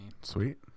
Sweet